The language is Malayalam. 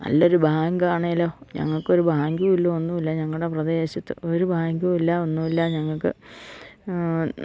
നല്ലൊരു ബാങ്ക് ആണെലോ ഞങ്ങൾക്ക് ഒരു ബാങ്കുമില്ല ഒന്നുമില്ല ഞങ്ങളുടെ പ്രദേശത്ത് ഒരു ബാങ്കുമില്ല ഒന്നുമില്ല ഞങ്ങൾക്ക്